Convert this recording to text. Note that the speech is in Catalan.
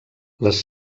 les